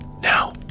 Now